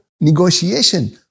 Negotiation